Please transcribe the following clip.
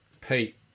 pete